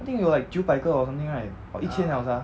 I think 有 like 九百个 or something right or 一千了 sia